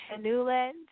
Newland